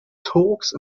talks